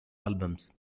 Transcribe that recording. albums